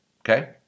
okay